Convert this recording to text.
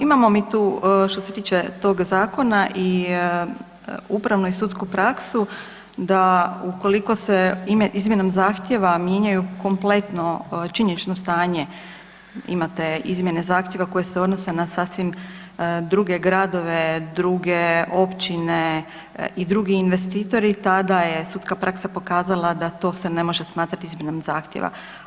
Imamo mi tu što se tiče tog zakona i upravnu i sudsku praksu da ukoliko se izmjenom zahtjeva mijenjaju kompletno činjenično stanje, imate izmjene zahtjeva koje se odnose na sasvim druge gradove, druge općine i drugi investitori tada je sudska praksa pokazala da to se ne može smatrati izmjenom zahtjeva.